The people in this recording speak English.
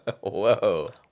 Whoa